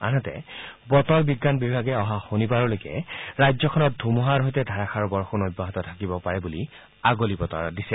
আনহাতে বতৰ বিজ্ঞান বিভাগে অহা শনিবাৰলৈকে ৰাজ্যখনত ধুমুহাৰ সৈতে ধাৰাসাৰ বৰষুণ অব্যাহত থাকিব পাৰে বুলি আগলি বতৰা দিছে